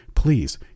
Please